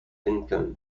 lincoln